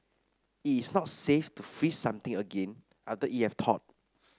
it's not safe to freeze something again after it has thawed